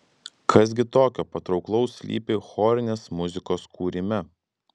kas gi tokio patrauklaus slypi chorinės muzikos kūrime